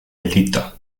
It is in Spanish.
delito